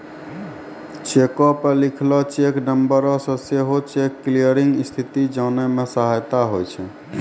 चेको पे लिखलो चेक नंबरो से सेहो चेक क्लियरिंग स्थिति जाने मे सहायता होय छै